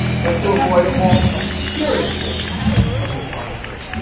but to avoid all appearances of the contrary.